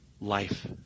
life